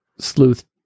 sleuth